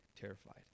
terrified